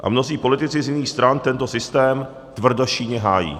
A mnozí politici z jiných stran tento systém tvrdošíjně hájí.